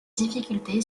difficulté